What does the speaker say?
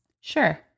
Sure